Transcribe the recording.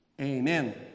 Amen